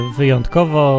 wyjątkowo